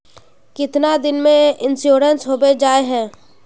कीतना दिन में इंश्योरेंस होबे जाए है?